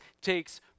takes